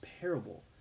parable